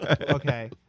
Okay